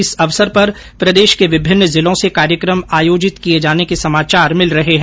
इस अवसर पर प्रदेश के विभिन्न जिलों से कार्यक्रम आयोजित किये जाने के समाचार मिल रहे है